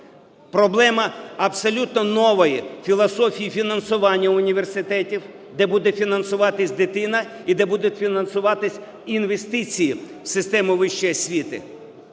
проблема абсолютно нової філософії фінансування університетів, де буде фінансуватись дитина і де будуть фінансуватись інвестиції в систему вищої освіти.